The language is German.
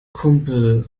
kumpel